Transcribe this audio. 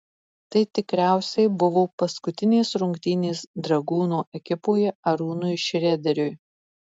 tai tikriausiai buvo paskutinės rungtynės dragūno ekipoje arūnui šrederiui